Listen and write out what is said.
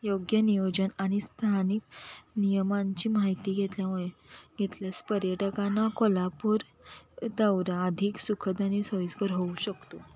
योग्य नियोजन आणि स्थानिक नियमांची माहिती घेतल्यामुळे घेतल्यास पर्यटकांना कोल्हापूर दौरा अधिक सुखद आणि सोयिस्कर होऊ शकतो